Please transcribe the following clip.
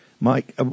mike